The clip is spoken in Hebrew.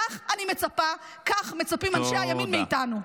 כך אני מצפה, כך מצפים אנשי הימין מאיתנו.